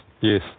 yes